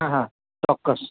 હા હા ચોકકસ